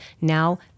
now